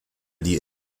die